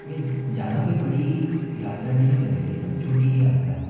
ये ज़्यादा कोई बड़ी यात्रा नहीं करेंगे सिर्फ़ छोटी ही यात्रा है